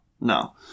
no